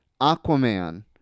Aquaman